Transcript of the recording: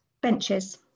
Benches